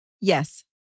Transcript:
Yes